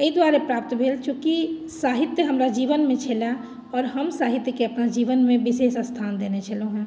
एहि दुआरे प्राप्त भेल चूँकि साहित्य हमरा जीवनमे छलए आओर हम साहित्यके अपना जीवनमे विशेष स्थान देने छेलहुँ हेँ